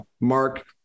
mark